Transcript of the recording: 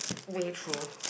way through